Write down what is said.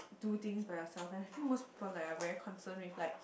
do things by yourself and I think most people like are very concern with like